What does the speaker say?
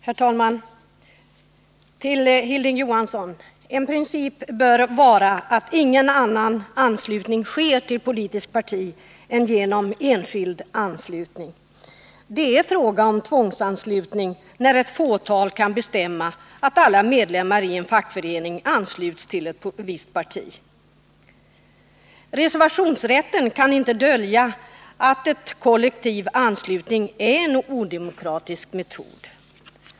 Herr talman! Till Hilding Johansson: En princip bör vara att ingen annan anslutning sker till politiskt parti än enskild anslutning. Det är fråga om tvångsanslutning när ett fåtal kan bestämma att alla medlemmar i en fackförening ansluts till ett visst parti. Reservationsrätten kan inte dölja att en kollektiv anslutning är en odemokratisk metod.